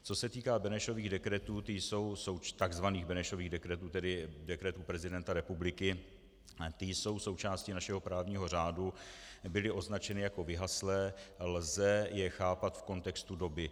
Co se týká Benešových dekretů, takzvaných Benešových dekretů, tedy dekretů prezidenta republiky, ty jsou součástí našeho právního řádu, byly označeny jako vyhaslé, lze je chápat v kontextu doby.